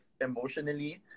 emotionally